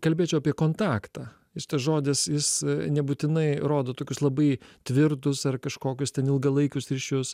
kalbėčiau apie kontaktą jis tas žodis jis nebūtinai rodo tokius labai tvirtus ar kažkokius ten ilgalaikius ryšius